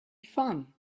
fun